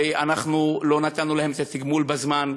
ואנחנו לא נתנו להם את התגמול בזמן,